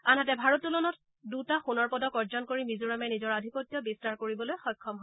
আনহাতে ভাৰতোলনত দুটা সোণৰ পদক অৰ্জন কৰি মিজোৰামে নিজৰ আধিপত্য বিস্তাৰ কৰিবলৈ সক্ষম হয়